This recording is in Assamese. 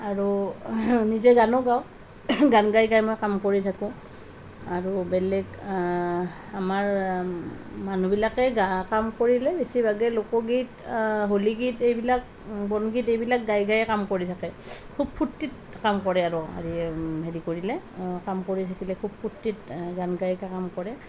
আৰু নিজে গানো গাওঁ গান গায় গায় মই কাম কৰি থাকোঁ আৰু বেলেগ আমাৰ মানুহ বিলাকে কাম কৰিলে বেছি ভাগে লোকগীত হলিগীত বনগীত এই বিলাক গায় গায় কাম কৰি থাকে খুব ফুৰ্টীত কাম কৰে আৰু হেৰি কৰিলে কাম কৰি থাকিলে খুব ফুৰ্টীত গান গায় গায় কাম কৰে